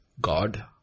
God